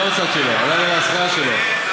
היום נסעתי, בלילה האזכרה שלו.